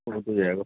اردو ہو جائے گا